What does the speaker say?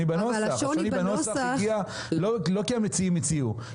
השוני בנוסח הגיע לא כי המציעים הציעו,